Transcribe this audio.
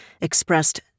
expressed